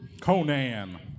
Conan